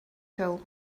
told